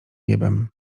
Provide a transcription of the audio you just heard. niebem